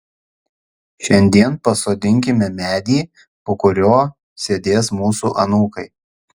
šiandien pasodinkime medį po kuriuo sėdės mūsų anūkai